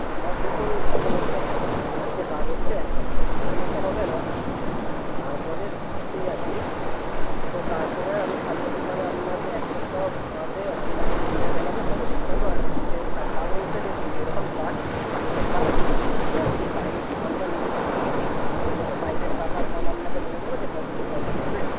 আমার দেখুন এখন হচ্ছে একটা বাড়িতে কাজ হচ্ছে এক সপ্তাহের মতো হবে না তারপরে ফ্রি আছি তো তারপরে আমি খালি আছি তাহলে আপনাকে এক সপ্তাহ বাদে আপনাকে দিনটা জানাবো কবে যেতে পারবো আর হচ্ছে টাকা বলতে দেখুন যেরকম কাজ সেই অনুযায়ী টাকা নিই এবার যদি পাইপ আমরা নিজেদের থেকে দিই সেই মতো পাইপের টাকার দাম আপনাকে বলে দেব যে কত কি খরচা পড়বে